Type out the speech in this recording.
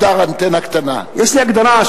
יש לי הגדרה,